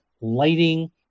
lighting